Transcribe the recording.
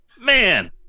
man